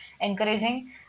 encouraging